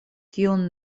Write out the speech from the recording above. kiun